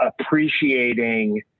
appreciating